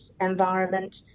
environment